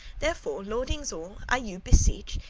therefore, lordinges all, i you beseech,